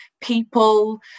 people